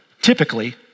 typically